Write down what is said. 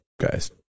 guys